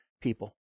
people